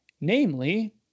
namely